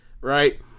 right